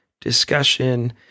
discussion